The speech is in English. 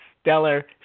stellar